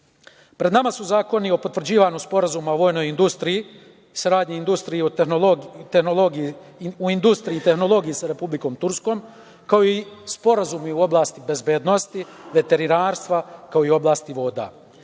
nama su zakoni o potvrđivanju Sporazuma o vojnoj industriji, saradnji industrije tehnologije sa Republikom Turskom kao i sporazumi u oblasti bezbednosti, veterinarstva, kao i u oblasti voda. Još